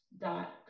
dot